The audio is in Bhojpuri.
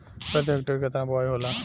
प्रति हेक्टेयर केतना बुआई होला?